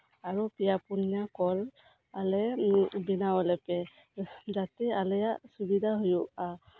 ᱟᱨᱚ ᱯᱮᱭᱟ ᱯᱩᱱᱭᱟ ᱠᱚᱞ ᱵᱮᱱᱟᱣ ᱟᱞᱮ ᱯᱮ ᱡᱟᱛᱮ ᱟᱞᱮᱭᱟᱜ ᱥᱩᱵᱤᱫᱷᱟ ᱦᱩᱭᱩᱜᱼᱟ